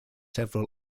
several